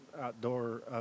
outdoor